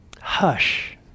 hush